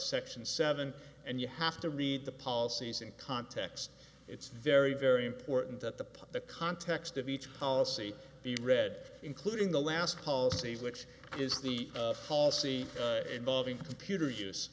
section seven and you have to read the policies in context it's very very important that the put the context of each policy be read including the last call to which is the policy involving computer use